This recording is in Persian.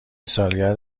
سالگرد